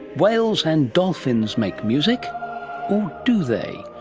whales and dolphins make music. or do they?